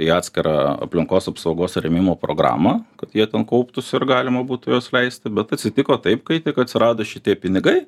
į atskirą aplinkos apsaugos rėmimo programą jie ten kauptųsi ir galima būtų juos leisti bet atsitiko taip kai tik atsirado šitie pinigai